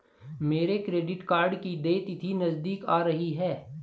मेरे credit card की देय तिथि नज़दीक आ रही है